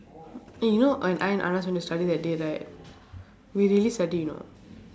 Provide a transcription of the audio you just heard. eh you know when I and anand went to study that day right we really study you know